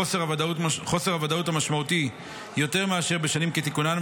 חוסר הוודאות הוא משמעותי יותר מאשר בשנים כתיקונן,